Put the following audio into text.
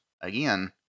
again